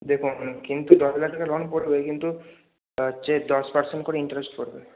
দেখুন কিন্তু দশ হাজার টাকা লোন পড়বে কিন্তু তা হচ্ছে দশ পার্সেন্ট করে ইন্টারেস্ট পড়বে